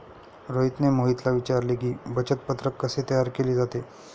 रोहितने मोहितला विचारले की, बचत पत्रक कसे तयार केले जाते?